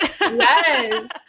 Yes